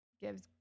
gives